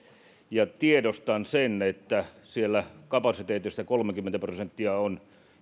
tiedostan sen että siellä kapasiteetista kolmekymmentä prosenttia on